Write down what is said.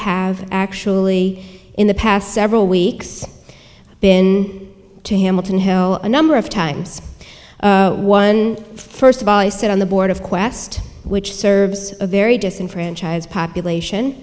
have actually in the past several weeks been to hamilton hill a number of times one first of all i stood on the board of quest which serves a very disenfranchised population